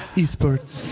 esports